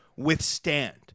withstand